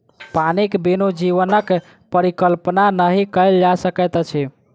पानिक बिनु जीवनक परिकल्पना नहि कयल जा सकैत अछि